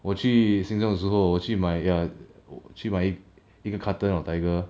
我去 Singtel 的时候我去买 ya 去买一个 carton of Tiger